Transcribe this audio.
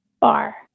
Bar